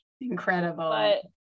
incredible